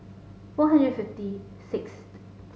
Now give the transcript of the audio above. four hundred fifty sixth